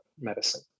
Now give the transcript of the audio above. medicine